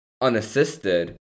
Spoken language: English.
unassisted